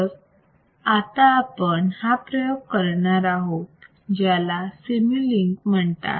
तर आता आपण हा प्रयोग करणार आहोत ज्याला सीमुलिंक म्हणतात